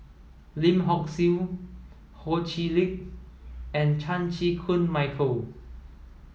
Lim Hock Siew Ho Chee Lick and Chan Chew Koon Michael